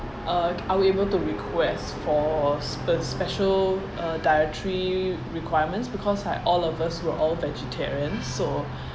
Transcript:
uh are we able to request for spe~ special uh dietary requirements because like all of us we're all vegetarians so